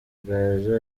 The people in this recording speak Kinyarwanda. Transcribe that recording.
gaju